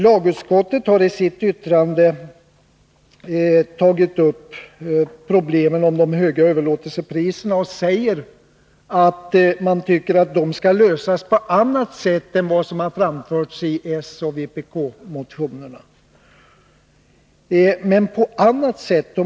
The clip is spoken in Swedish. Lagutskottet har i sitt yttrande tagit upp problemen med de höga överlåtelsepriserna och säger att man tycker att den frågan skall lösas på annat sätt än vad som anförs i soch vpk-motionerna.